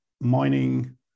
mining